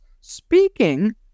Speaking